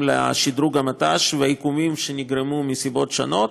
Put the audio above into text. לשדרוג המט"ש והעיכובים שנגרמו מסיבות שונות,